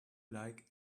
like